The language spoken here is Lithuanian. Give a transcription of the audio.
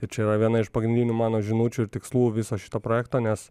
ir čia yra viena iš pagrindinių mano žinučių ir tikslų viso šito projekto nes